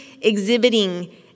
exhibiting